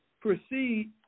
Proceed